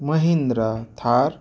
Mahindra Thar